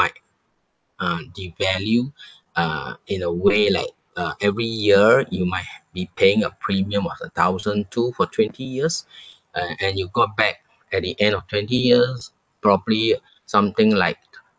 might um devalue uh in a way like uh every year you might be paying a premium of a thousand two for twenty years uh and you got back at the end of twenty years probably something like